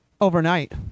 overnight